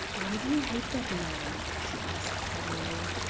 why do you hate that man? she asked, suddenly.